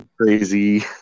crazy